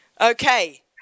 Okay